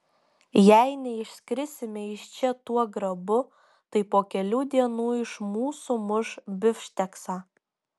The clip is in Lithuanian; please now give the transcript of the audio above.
jei neišskrisime iš čia tuo grabu tai po kelių dienų iš mūsų muš bifšteksą